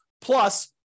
plus